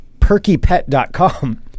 perkypet.com